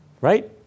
Right